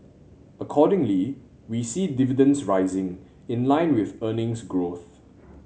accordingly we see dividends rising in line with earnings growth